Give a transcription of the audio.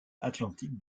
atlantique